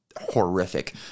horrific